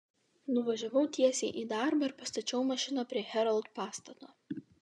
nuvažiavau tiesiai į darbą ir pastačiau mašiną prie herald pastato